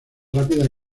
rápida